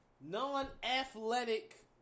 non-athletic